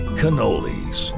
cannolis